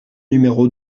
numéro